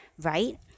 right